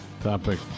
topic